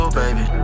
baby